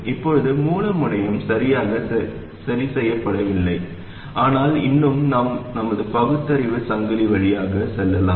இப்போது மூல முனையம் சரியாக சரி செய்யப்படவில்லை ஆனால் இன்னும் நாம் நமது பகுத்தறிவு சங்கிலி வழியாக செல்லலாம்